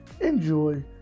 enjoy